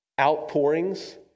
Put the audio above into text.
outpourings